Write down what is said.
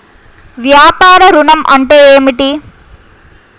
వ్యాపార ఋణం అంటే ఏమిటి?